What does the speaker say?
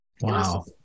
Wow